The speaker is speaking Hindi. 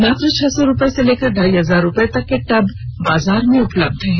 मात्र छह सौ रुपए से लेकर ढाई हजार रूपए तक के टब बाजार में उपलब्ध है